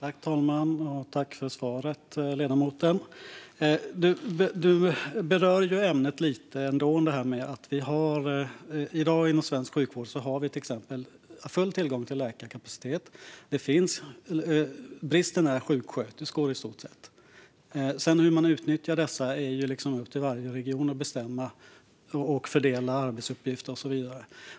Fru talman! Tack för svaret, ledamoten! Ledamoten berör lite det här med att vi inom svensk sjukvård i dag till exempel har full tillgång till läkarkapacitet. Bristen är sjuksköterskor, i stort sett. Sedan är det upp till varje region att bestämma hur man utnyttjar dessa resurser, fördelar arbetsuppgifter och så vidare.